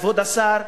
כבוד השר,